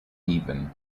even